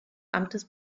amtes